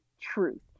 truth